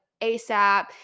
ASAP